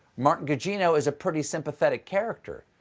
martin gugino is a pretty sympathetic character.